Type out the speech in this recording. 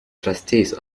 trustees